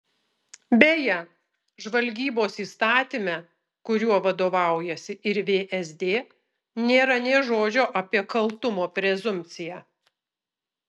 beje žvalgybos įstatyme kuriuo vadovaujasi ir vsd nėra nė žodžio apie kaltumo prezumpciją